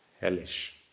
hellish